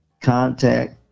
contact